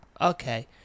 Okay